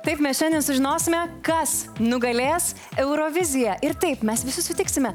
taip mes šiandien sužinosime kas nugalės euroviziją ir taip mes visi sutiksime